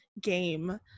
game